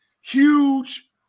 huge